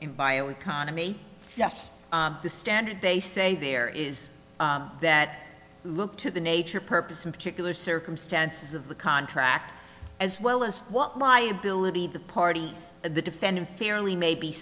in bio economy yes the standard they say there is that look to the nature purpose of particular circumstances of the contract as well as what liability the parties the defendant fairly may be